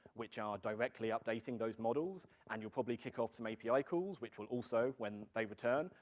which are directly updating those models, and you'll probably kick off some api calls, which will also, when they return,